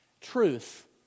Truth